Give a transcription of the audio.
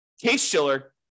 Case-Shiller